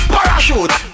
Parachute